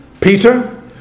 Peter